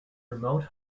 remote